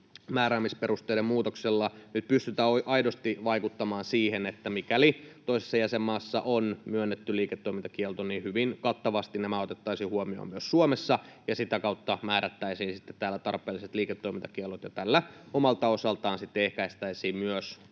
määräämisperusteiden muutoksella nyt pystytään aidosti vaikuttamaan siihen, että mikäli toisessa jäsenmaassa on myönnetty liiketoimintakielto, niin hyvin kattavasti nämä otettaisiin huomioon myös Suomessa ja sitä kautta määrättäisiin sitten täällä tarpeelliset liiketoimintakiellot. Tällä omalta osaltaan ehkäistäisiin myös